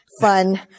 fun